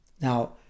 Now